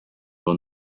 will